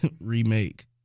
remake